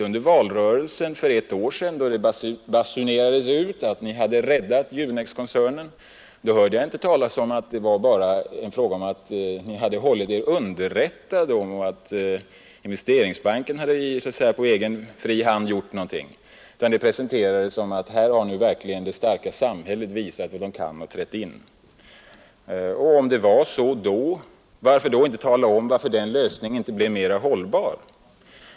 Under valrörelsen för ett år sedan, då det basunerades ut att ni hade räddat Junexkoncernen, hörde jag inte talas om att det bara var en fråga om att ni hade hållit er underrättade och att investeringsbanken agerat på egen hand, utan det presenterades som att här hade verkligen det starka samhället visat vad det kan. Och om det var så då, varför blev den lösningen inte mera hållbar?